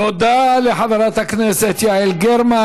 תודה לחברת הכנסת יעל גרמן.